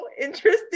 interesting